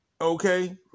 Okay